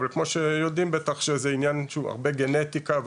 אבל יודעים שהרבה עניין של גנטיקה,